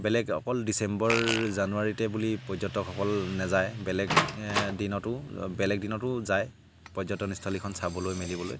বেলেগ অকল ডিচেম্বৰ জানুৱাৰীতে বুলি পৰ্যটকসকল নেযায় বেলেগ দিনতো বেলেগ দিনতো যায় পৰ্যটনস্থলীখন চাবলৈ মেলিবলৈ